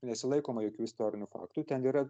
nesilaikoma jokių istorinių faktų ten yra